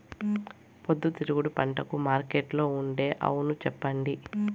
పొద్దుతిరుగుడు పంటకు మార్కెట్లో ఉండే అవును చెప్పండి?